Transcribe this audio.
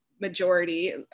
majority